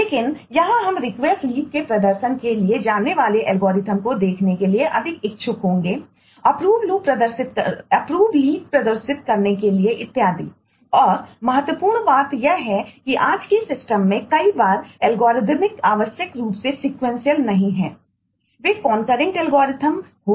लेकिन यहाँ हम रिक्वेस्ट लीव हो